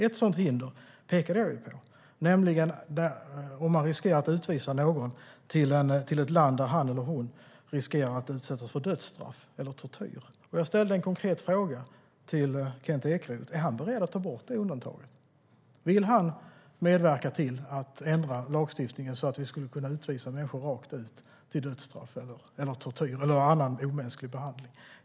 Ett sådant pekade jag på, nämligen att man inte kan utvisa någon till ett land där han eller hon riskerar att utsättas för dödsstraff eller tortyr. Jag ställde en konkret fråga till Kent Ekeroth: Är han beredd att ta bort det undantaget? Vill han medverka till att ändra lagstiftningen så att vi skulle kunna utvisa människor till dödsstraff, tortyr eller annan omänsklig behandling?